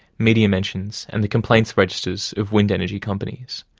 media mentions and the complaints registers of wind energy companies.